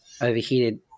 Overheated